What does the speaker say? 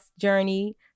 journey